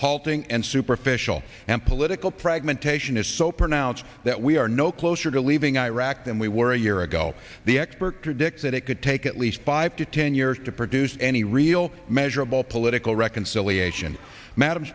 halting and superficial and political pragmatism is so pronounced that we are no closer to leaving iraq than we were a year ago the expert predicts that it could take at least five to ten years to produce any real measurable political reconciliation madam